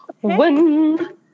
one